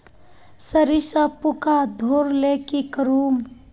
सरिसा पूका धोर ले की करूम?